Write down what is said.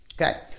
Okay